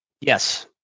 Yes